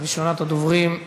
ראשונת הדוברים,